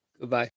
Goodbye